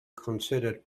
considered